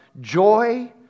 joy